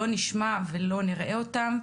לא נשמע ולא נראה אותם,